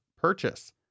purchase